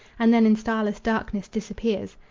and then in starless darkness disappears?